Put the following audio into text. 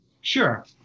Sure